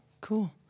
Cool